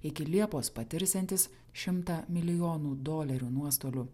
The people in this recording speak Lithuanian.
iki liepos patirsiantis šimtą milijonų dolerių nuostolių